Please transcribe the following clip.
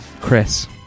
Chris